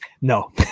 No